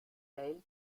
teil